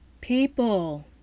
people